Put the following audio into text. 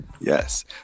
Yes